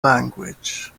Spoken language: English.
language